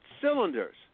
cylinders